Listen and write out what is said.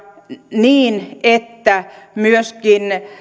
niin että myöskin